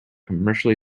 commercially